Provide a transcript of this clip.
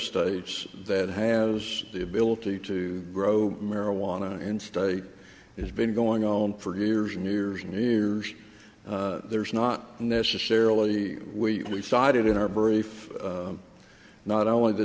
states that has the ability to grow marijuana and state has been going on for years and years and years there's not necessarily we sided in our brief not only the